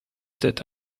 that